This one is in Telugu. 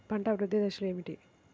పంట అభివృద్ధి దశలు ఏమిటి?